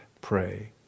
pray